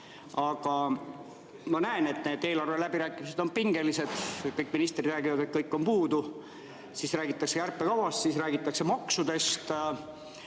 Aga ma näen, et need eelarve läbirääkimised on pingelised. Kõik ministrid räägivad, et kõike on puudu. Siis räägitakse kärpekavast, räägitakse maksudest.